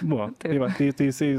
buvo tai va tai tai jisai